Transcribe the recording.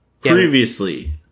Previously